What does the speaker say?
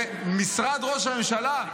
למשרד ראש הממשלה,